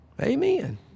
Amen